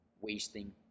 wasting